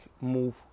move